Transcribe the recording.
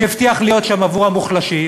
שהבטיח להיות שם עבור המוחלשים,